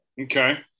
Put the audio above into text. Okay